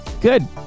Good